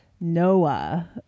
noah